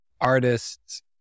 artists